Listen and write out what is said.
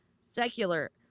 secular